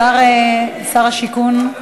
שר השיכון,